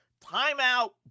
Timeout